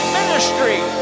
ministry